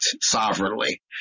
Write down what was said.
sovereignly